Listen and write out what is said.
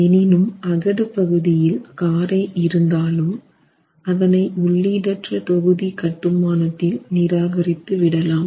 எனினும் அகடு பகுதியில் காரை இருந்தாலும் அதனை உள்ளீடற்ற தொகுதி கட்டுமானத்தில் நிராகரித்து விடலாம்